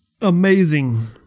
Amazing